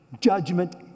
judgment